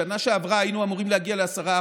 בשנה שעברה היינו אמורים להגיע ל-10%,